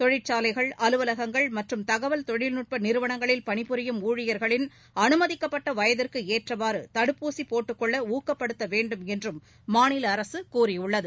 தொழிற்சாலைகள் அலுவலகங்கள் மற்றும் தகவல் தொழில்நுட்ப நிறுவனங்களில் பணிபுரியும் ஊழியர்களின் அனுமதிக்கப்பட்ட வயதிற்கு ஏற்றவாறு தடுப்பூசி போட்டுக்கொள்ள ஊக்கப்படுத்த வேண்டும் என்றும் மாநில அரசு கூறியுள்ளது